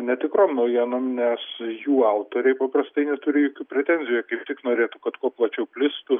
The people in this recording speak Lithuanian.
netikrom naujienom nes jų autoriai paprastai neturi jokių pretenzijų kaip tik norėtų kad kuo plačiau plistų